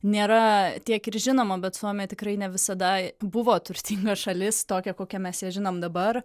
nėra tiek ir žinoma bet suomija tikrai ne visada buvo turtinga šalis tokia kokią mes ją žinom dabar